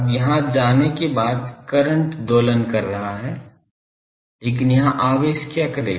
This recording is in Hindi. अब यहाँ जाने के बाद करंट दोलन कर रहा है लेकिन यहाँ आवेश क्या करेगा